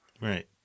Right